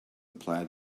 plaid